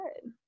good